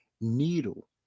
Needle